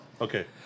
Okay